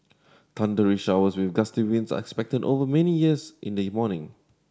thundery showers with gusty winds are expected over many years in the morning